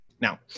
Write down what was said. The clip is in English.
Now